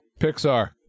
Pixar